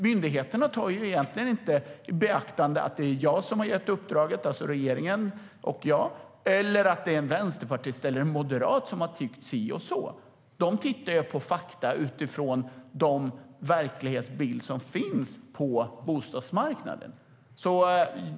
Myndigheterna tar egentligen inte i beaktande att det är jag, alltså regeringen, som har gett uppdraget eller att det är en vänsterpartist eller en moderat som har tyckt si eller så. De tittar på fakta utifrån den verklighetsbild som finns på bostadsmarknaden.